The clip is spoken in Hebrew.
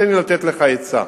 תן לי לתת לך עצה,